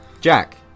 Jack